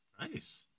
Nice